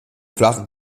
flachen